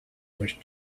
much